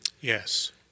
Yes